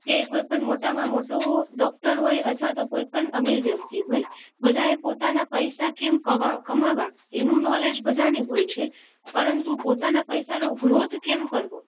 કે કોઈપણ મોટામાં મોટો ડોક્ટર હોય અથવા તો કોઈપણ અમીર વ્યક્તિ હોય બધા પોતાના પૈસા કેમ કમા કમાવા એનું નોલેજ બધાને હોય છે પરંતુ પોતાના પૈસાનો ગ્રોથ કેમ કરવો